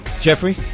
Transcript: Jeffrey